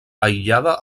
aïllada